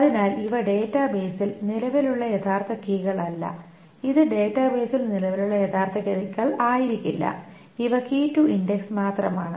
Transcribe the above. അതിനാൽ ഇവ ഡാറ്റാബേസിൽ നിലവിലുള്ള യഥാർത്ഥ കീകളല്ല ഇത് ഡാറ്റാബേസിൽ നിലവിലുള്ള യഥാർത്ഥ കീകൾ ആയിരിക്കില്ല ഇവ കീ റ്റു ഇൻഡക്സ് മാത്രമാണ്